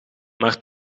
maar